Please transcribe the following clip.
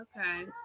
Okay